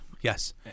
yes